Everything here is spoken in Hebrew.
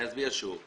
אני אסביר שוב.